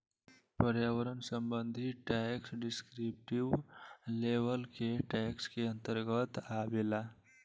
पर्यावरण संबंधी tax descriptive level के टैक्स के अंतर्गत आवेला